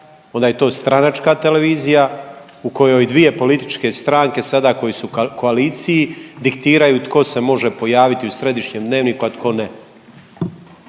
onda je to stranačka televizija u kojoj dvije političke stranke sada koji su u koaliciji, diktiraju tko se može pojaviti u središnjem Dnevniku, a tko ne.